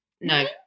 No